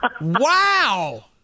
Wow